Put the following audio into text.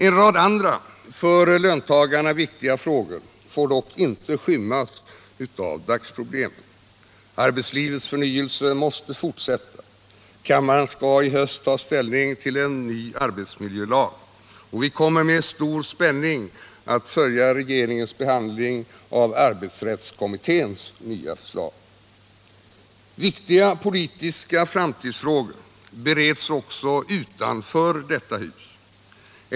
En rad andra för löntagarna viktiga frågor får dock inte skymmas av dagsproblemen. Arbetslivets förnyelse måste fortsätta. Kammaren skall i höst ta ställning till en ny arbetsmiljölag. Vi kommer med stor spänning att följa regeringens behandling av arbetsrättskommitténs nya förslag. Viktiga politiska framtidsfrågor bereds också utanför detta hus.